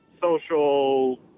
social